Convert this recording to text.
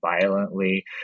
violently